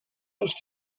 els